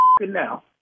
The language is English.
now